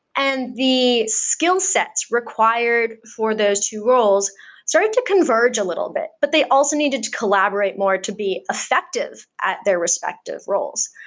and the skillsets required for those two roles started to converge a little bit, but they also needed to collaborate more to be effective at their respective roles.